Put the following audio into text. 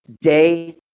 day